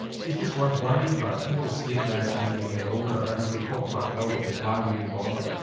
is this worth worrying about, people sleep less as they get older and if they cope quite well with it why would we bother?